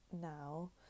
now